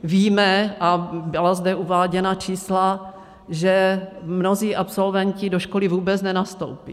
Víme, a byla zde uváděna čísla, že mnozí absolventi do školy vůbec nenastoupí.